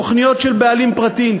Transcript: תוכניות של בעלים פרטיים,